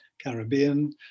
Caribbean